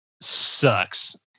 sucks